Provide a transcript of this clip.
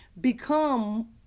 become